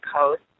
Coast